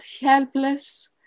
helpless